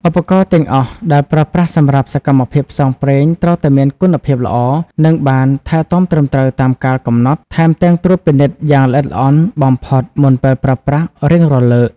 ឧបករណ៍ទាំងអស់ដែលប្រើប្រាស់សម្រាប់សកម្មភាពផ្សងព្រេង ត្រូវតែមានគុណភាពល្អ និងបានថែទាំត្រឹមត្រូវតាមកាលកំណត់ ថែមទាំងត្រួតពិនិត្យយ៉ាងល្អិតល្អន់បំផុតមុនពេលប្រើប្រាស់រៀងរាល់លើក។